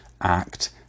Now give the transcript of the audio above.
act